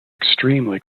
extremely